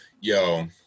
Yo